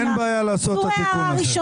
אין בעיה לעשות את התיקון הזה.